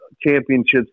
championships